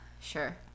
sure